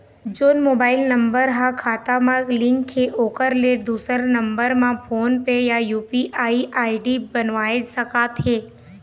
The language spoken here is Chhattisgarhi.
जोन मोबाइल नम्बर हा खाता मा लिन्क हे ओकर ले दुसर नंबर मा फोन पे या यू.पी.आई आई.डी बनवाए सका थे?